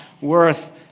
worth